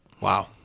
Wow